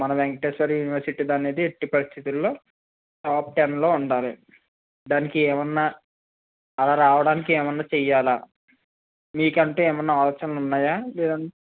మన వెంకటేశ్వర యూనివర్సిటీ అనేది ఎట్టి పరిస్థితిలో టాప్ టెన్ లో ఉండాలి దానికి ఏమన్నా అలా రావడానికి ఏమన్నా చెయ్యాలా మీ కంటే ఏమన్నా ఆప్షన్లు ఉన్నాయ లేదా